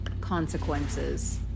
consequences